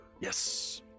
Yes